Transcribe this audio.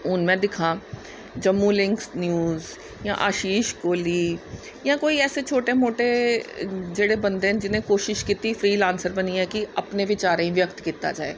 हून में दिक्खां जम्मू लिंक न्यूज जां आशिश कोहली जां ऐसे कोई छोटे मोटे जेह्ड़े बंदे न जिनें कोशिश फ्री लांसर बनिये अपने बिचारें गी व्यक्त कित्ता जाए